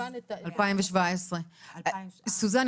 2017. סוזן,